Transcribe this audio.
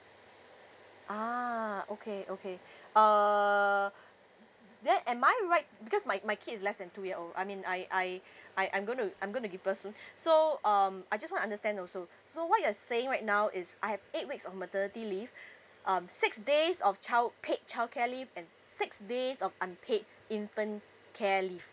ah okay okay uh then am I right because my my kid is less than two years old I mean I I I I'm gonna I'm gonna give birth soon so um I just want to understand also so what you are saying right now is I have eight weeks of maternity leave um six days of child paid childcare leave and six days of unpaid infant care leave